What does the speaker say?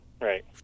Right